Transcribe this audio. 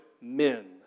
men